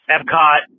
Epcot